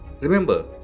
remember